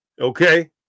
Okay